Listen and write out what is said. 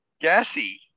Gassy